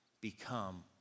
become